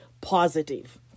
positive